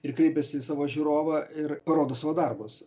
ir kreipiasi į savo žiūrovą ir parodo savo darbus